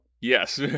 Yes